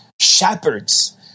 Shepherds